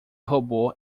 robô